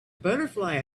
butterfly